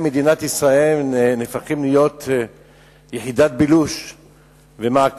מדינת ישראל הופכים להיות יחידת בילוש ומעקב